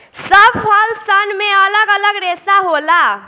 सब फल सन मे अलग अलग रेसा होला